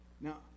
Now